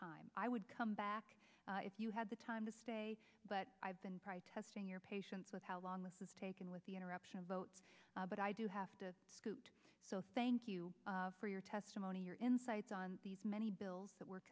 time i would come back if you had the time to stay but i've been protesting your patience with how long this has taken with the interruption vote but i do have to scoot so thank you for your testimony your insights on these many bills that we're